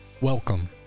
Welcome